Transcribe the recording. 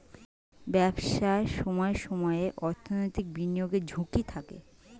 ব্যবসায় সময়ে সময়ে অর্থনৈতিক বিনিয়োগের ঝুঁকি থাকে